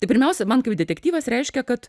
tai pirmiausia man kaip detektyvas reiškia kad